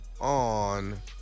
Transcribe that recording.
on